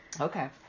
Okay